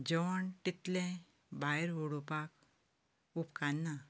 जेवण तितलें भायर उडोवपाक उपकारना